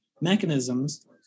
mechanisms